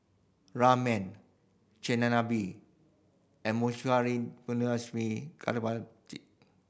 Ramen Chigenabe and